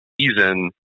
season